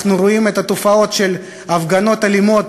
אנחנו רואים את התופעות של הפגנות אלימות,